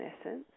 essence